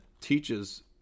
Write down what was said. teaches